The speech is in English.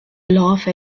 laugh